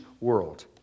world